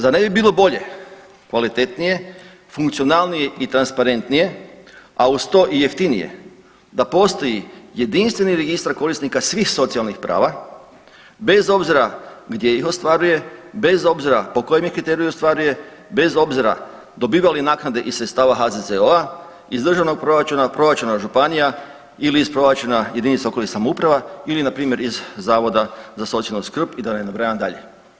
Zar ne bi bilo bolje, kvalitetnije, funkcionalnije i transparentnije, a uz to i jeftinije da postoji jedinstveni registar svih socijalnih prava bez obzira gdje ih ostvaruje, bez obzira po kojem kriteriju ga ostvaruje, bez obzira dobiva li naknade iz sredstava HZZO-a, iz državnog proračuna, proračuna županija ili iz proračuna jedinica lokalnih samouprava ili na primjer iz Zavoda za socijalnu skrb i da ne nabrajam dalje.